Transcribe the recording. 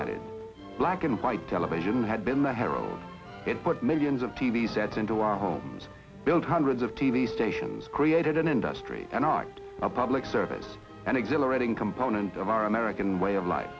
added black and white television had been the heroes it put millions of t v sets into our homes built hundreds of t v stations created an industry and not a public service an exhilarating component of our american way of li